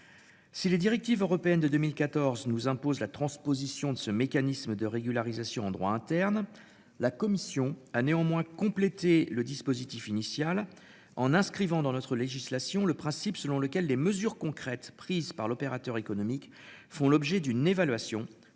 Si les directives européennes de 2014 nous impose la transposition de ce mécanisme de régularisation en droit interne. La commission a néanmoins compléter le dispositif initial en inscrivant dans notre législation le principe selon lequel les mesures concrètes prises par l'opérateur économique font l'objet d'une évaluation tenant